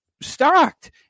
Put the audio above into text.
stocked